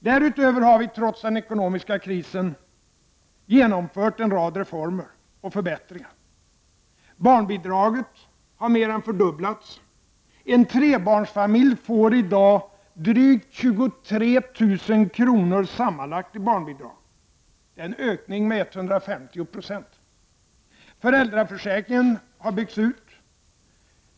Därutöver har vi, trots den ekonomiska krisen, genomfört en rad reformer och förbättringar. Barnbidraget har mer än fördubblats. En trebarnsfamilj får i dag drygt 23 000 kr. sammanlagt i barnbidrag. Det är en ökning med 150 960. Föräldraförsäkringen har byggts ut.